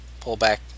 pullback